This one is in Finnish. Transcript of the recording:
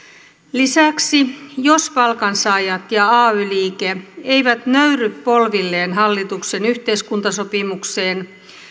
lisäksi jos palkansaajat ja ay liike eivät nöyrry polvilleen hallituksen yhteiskuntasopimukseen